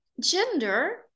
gender